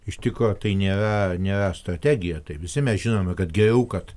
iš tikro tai nėra nėra strategija tai visi mes žinome kad geriau kad